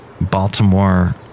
Baltimore